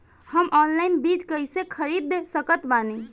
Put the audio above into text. हम ऑनलाइन बीज कइसे खरीद सकत बानी?